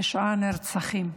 תשעה נרצחים.